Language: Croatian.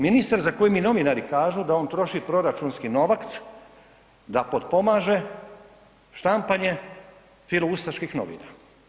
Ministar za kojeg mi novinari kažu da on troši proračunski novac, da potpomaže štampanje filoustaških novina.